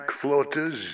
floaters